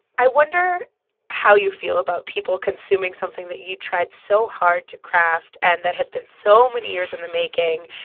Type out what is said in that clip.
i wonder how you feel about people consuming something that you tried so hard to craft and that has been so many years in the making,